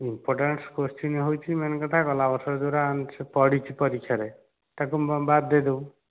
importance question ହେଉଛି main କଥା ଗଲା ବର୍ଷ ଯେଉଁ ଗୁଡ଼ା ପଡ଼ିଛି ପରୀକ୍ଷାରେ ତାକୁ ବାଦ୍ ଦେଇ ଦେବୁ